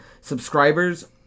subscribers